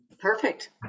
Perfect